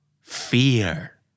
Fear